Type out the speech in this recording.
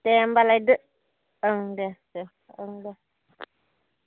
दे होनबालाय दो ओं दे दे ओं दे